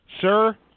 Sir